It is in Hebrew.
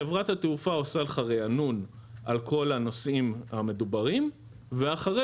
חברת התעופה עושה לך ריענון על כל הנושאים המדוברים ואחרי